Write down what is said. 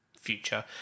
future